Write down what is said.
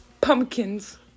Pumpkins